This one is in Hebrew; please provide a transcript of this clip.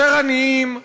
יותר עניים,